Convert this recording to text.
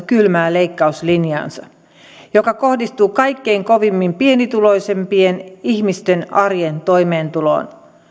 kylmää leikkauslinjaansa joka kohdistuu kaikkein kovimmin pienituloisimpien ihmisten arjen toimeentuloon